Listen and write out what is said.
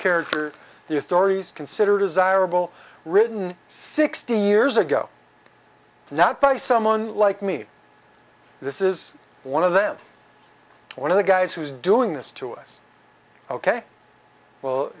character the authorities consider desirable written sixty years ago not by someone like me this is one of them one of the guys who's doing this to us ok well